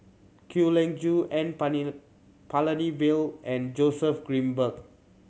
Kwek Leng Joo N Palanivelu and Joseph Grimberg